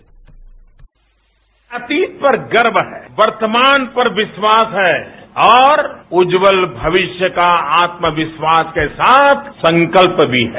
हमें अपने अतीत पर गर्व है वर्तमान पर विश्वास है और उज्ज्वल भविष्य का आत्मविश्वास के साथ संकल्प भी है